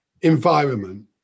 environment